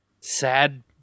sad